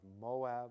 Moab